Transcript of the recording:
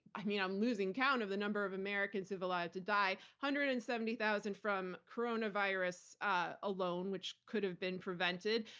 i mean, i'm losing count of the number of americans we've allowed to die. one hundred and seventy thousand from coronavirus ah alone, which could have been prevented.